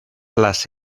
las